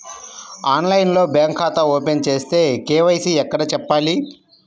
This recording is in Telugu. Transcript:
ఆన్లైన్లో బ్యాంకు ఖాతా ఓపెన్ చేస్తే, కే.వై.సి ఎక్కడ చెప్పాలి?